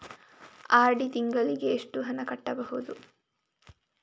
RD ತಿಂಗಳಿಗೆ ಎಷ್ಟು ಹಣ ಕಟ್ಟಬಹುದು?